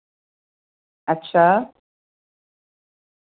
अच्छा